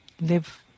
live